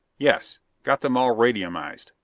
yes. got them all radiuminized,